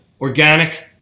organic